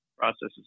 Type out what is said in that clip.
Processes